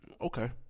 Okay